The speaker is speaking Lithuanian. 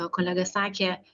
kolega sakė